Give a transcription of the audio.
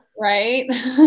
Right